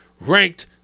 ranked